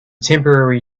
temporary